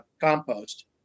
compost